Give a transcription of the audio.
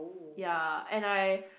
ya and I